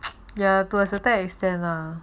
ya to a certain extent lah